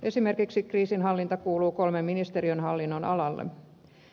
esimerkiksi kriisinhallinta kuuluu kolmen ministeriön hallinnonalalle